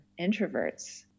introverts